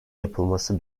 yapılması